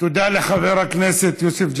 תודה לחבר הכנסת יוסף ג'בארין.